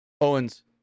Owens